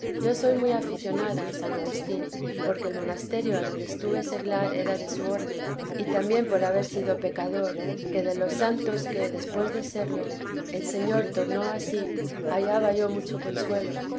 yo soy muy aficionada a san agustín porque el monasterio adonde estuve seglar era de su orden y también por haber sido pecador que de los santos que después de serlo el señor tornó a sí hallaba yo mucho consuelo